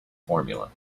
formula